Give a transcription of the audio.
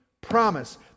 promise